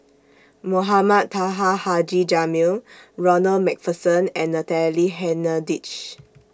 Mohamed Taha Haji Jamil Ronald MacPherson and Natalie Hennedige